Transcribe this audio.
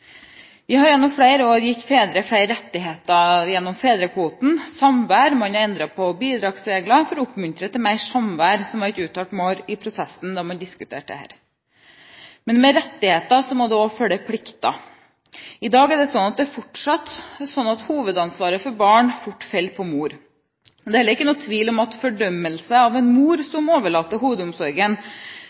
Vi har gjennom flere år gitt fedre flere rettigheter, gjennom fedrekvoten, gjennom samvær – man har endret på bidragsregler for å oppmuntre til mer samvær, som var et uttalt mål i prosessen da man diskuterte dette. Men med rettigheter må det også følge plikter. I dag er det fortsatt slik at hovedansvaret for barn fort faller på mor. Det er heller ingen tvil om at fordømmelsen av en mor som overlater hovedomsorgen